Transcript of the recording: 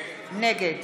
נגד